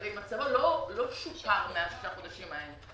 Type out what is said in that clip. הרי מצבו לא שופר מאז ששת החודשים האלה.